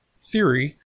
theory